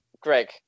Greg